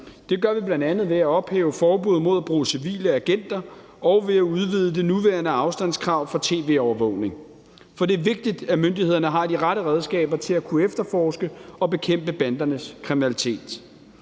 Det gør vi bl.a. ved at ophæve forbuddet mod at bruge civile agenter og ved at udvide det nuværende afstandskrav for tv-overvågning, for det er vigtigt, at myndighederne har de rette redskaber til at kunne efterforske og bekæmpe bandernes kriminalitet.